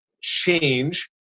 change